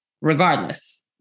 regardless